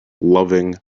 loving